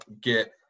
get